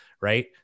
right